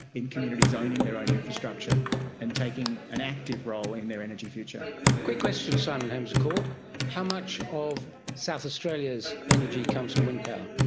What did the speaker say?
in communities owning their own infrastructure and taking an active role in their energy future. a quick question, simon holmes a court how much of south australia's energy comes from wind power?